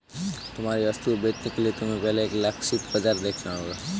तुम्हारी वस्तुएं बेचने के लिए तुम्हें पहले एक लक्षित बाजार देखना होगा